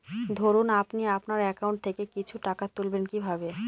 ধরুন আপনি আপনার একাউন্ট থেকে কিছু টাকা তুলবেন কিভাবে?